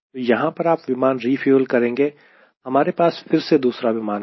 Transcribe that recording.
तो यहां पर आप विमान रिफ्यूल करेंगे हमारे पास फिर से दूसरा विमान होगा